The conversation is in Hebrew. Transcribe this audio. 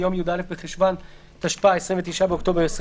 ביום י"א בחשוון התשפ"א (29 באוקטובר 2020);